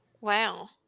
Wow